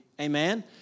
amen